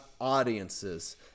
audiences